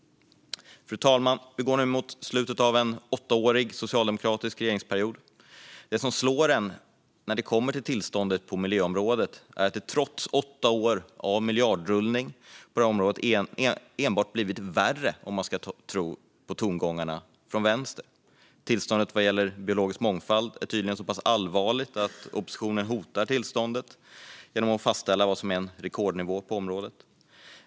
Fru talman! Vi går nu mot slutet av en åttaårig socialdemokratisk regeringsperiod. Det som slår en när det kommer till tillståndet på miljöområdet är att det trots åtta år av miljardrullning på det här området enbart blivit värre om man ska tro på tongångarna från vänster. Tillståndet vad gäller biologisk mångfald är tydligen så pass allvarligt att oppositionen hotar tillståndet genom att fastställa vad som är en rekordnivå på området.